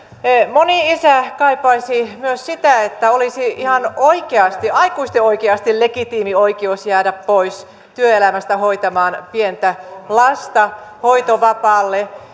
moni isä kaipaisi myös sitä että olisi ihan oikeasti aikuisten oikeasti legitiimi oikeus jäädä pois työelämästä hoitamaan pientä lasta hoitovapaalle